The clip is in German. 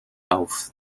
auf